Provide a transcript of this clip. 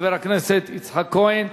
חבר הכנסת יצחק כהן.